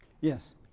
Yes